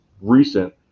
recent